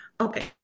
Okay